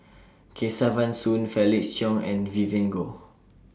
Kesavan Soon Felix Cheong and Vivien Goh